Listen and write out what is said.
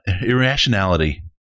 irrationality